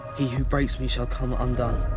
he who breaks me shall come undone.